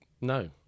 No